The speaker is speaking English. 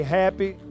happy